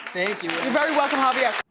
you're very welcome, javier!